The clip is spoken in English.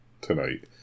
Tonight